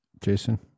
Jason